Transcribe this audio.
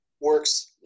works